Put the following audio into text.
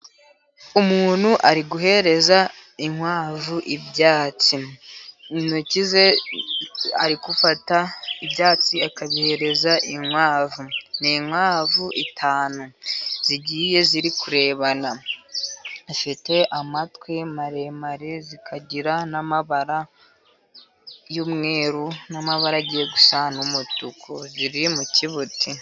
Umuntu ari guhereza inkwavu ibyatsi. Intoki ze ari gufata ibyatsi akabihereza inkwavu. Ni inkwavu eshanu zigiye ziri kurebana, zifite amatwi maremare, zikagira n'amabara y'umweru n'amabara agiye gusa n'umutuku. Ziri mu kibuti.